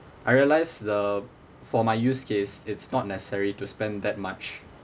I realised the for my use case it's not necessary to spend that much